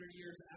years